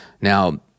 Now